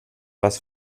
was